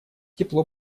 тепло